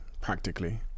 practically